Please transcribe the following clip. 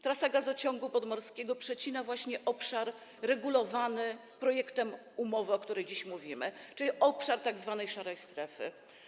Trasa gazociągu podmorskiego przecina właśnie obszar regulowany projektem umowy, o której dziś mówimy, czyli obszar tzw. szarej strefy.